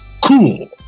Cool